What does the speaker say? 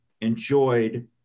enjoyed